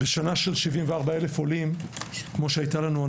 בשנה של 74,000 עולים כפי שהייתה לנו,